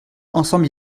ensemble